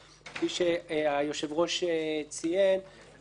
כפי שהיושב-ראש ציין,